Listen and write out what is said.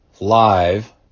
live